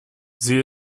sie